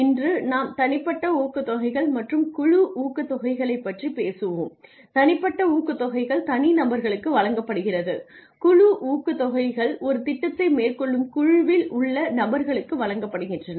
இன்று நாம் தனிப்பட்ட ஊக்கத்தொகைகள் மற்றும் குழு ஊக்கத்தொகைகளைப் பற்றிப் பேசுவோம் தனிப்பட்ட ஊக்கத் தொகைகள் தனிநபர்களுக்கு வழங்கப்படுகிறது குழு ஊக்கத்தொகைகள் ஒரு திட்டத்தை மேற்கொள்ளும் குழுவில் உள்ள நபர்களுக்கு வழங்கப்படுகின்றன